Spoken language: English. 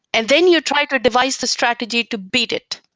and then you try to device the strategy to beat it.